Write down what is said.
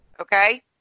okay